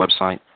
website